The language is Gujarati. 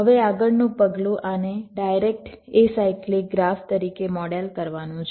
હવે આગળનું પગલું આને ડાયરેક્ટ એસાયક્લિક ગ્રાફ તરીકે મોડેલ કરવાનું છે